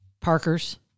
Parker's